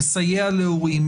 לסייע להורים,